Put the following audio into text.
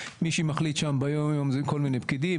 מי שמחליט שם ביום יום הם כל מיני פקידים.